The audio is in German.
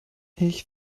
ich